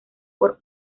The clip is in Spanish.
por